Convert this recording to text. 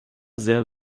sehr